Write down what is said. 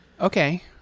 Okay